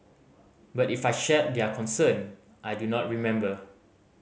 but if I shared their concern I do not remember